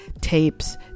tapes